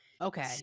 Okay